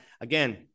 again